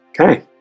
Okay